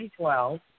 2012